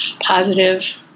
positive